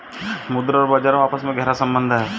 मुद्रा और बाजार का आपस में गहरा सम्बन्ध है